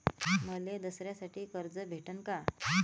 मले दसऱ्यासाठी कर्ज भेटन का?